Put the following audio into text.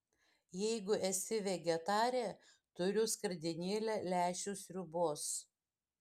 jeigu esi vegetarė turiu skardinėlę lęšių sriubos